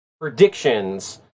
Predictions